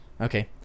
Okay